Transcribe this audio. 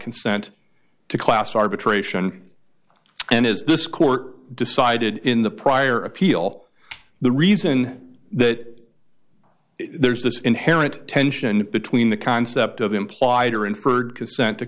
consent to class arbitration and as this court decided in the prior appeal the reason that there's this inherent tension between the concept of implied or inferred consent to